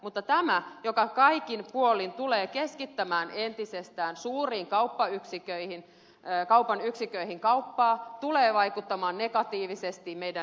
mutta tämä esitys joka kaikin puolin tulee keskittämään entisestään kauppaa suuriin yksiköihin tulee vaikuttamaan negatiivisesti meidän liikennesuunnitelmiimme